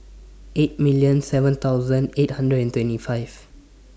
eight seven eight hundred and twenty five